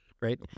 right